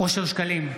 אושר שקלים,